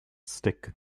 stick